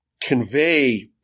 convey